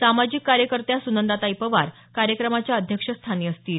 सामाजिक कार्यकर्त्या सुनंदाताई पवार कार्यक्रमाच्या अध्यक्षस्थानी असतील